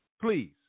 Please